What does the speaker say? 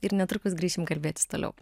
ir netrukus grįšim kalbėtis toliau